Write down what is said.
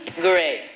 Great